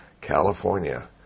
California